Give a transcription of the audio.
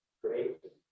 great